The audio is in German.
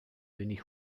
wenig